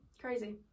Crazy